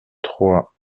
trois